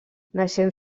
naixent